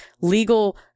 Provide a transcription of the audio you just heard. legal